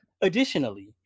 additionally